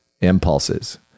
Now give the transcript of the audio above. impulses